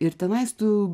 ir tenais tu